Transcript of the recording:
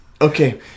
Okay